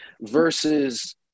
versus